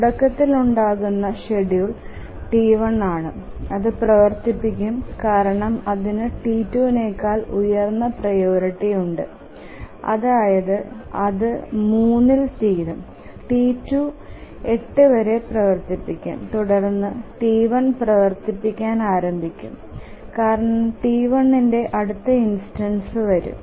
തുടക്കത്തിൽ ഉണ്ടാകുന്ന schedule T1 ആണ് അത് പ്രവർത്തിക്കും കാരണം അതിനു T2നേക്കാൾ ഉയർന്ന പ്രിയോറിറ്റി ഉണ്ട് അതായത് അതു 3ഇൽ തീരും T2 8 വരെ പ്രവർത്തിക്കും തുടർന്ന് T1 പ്രവർത്തിപ്പിക്കാൻ ആരംഭിക്കുക കാരണം T1 ന്ടെ അടുത്ത ഇൻസ്റ്റൻസ് വരും